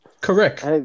Correct